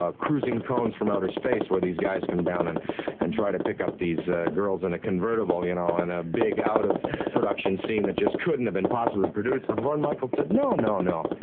ah cruising cones from outer space, where these guys come down and and try to pick up these girls in a convertible. you know in a big, out of production scene that just couldn't have been possibly produced, and lorne michaels said, no, no, no,